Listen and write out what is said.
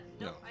No